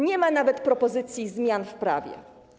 Nie ma nawet propozycji zmian w prawie.